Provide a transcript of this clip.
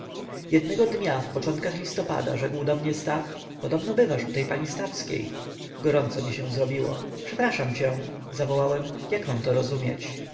jednego dnia w początkach listopada rzekł do mnie stach podobno bywasz u tej pani stawskiej gorąco mi się zrobiło przepraszam cię zawołałem jak to mam rozumieć